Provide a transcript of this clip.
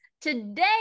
today